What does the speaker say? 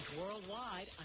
worldwide